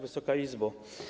Wysoka Izbo!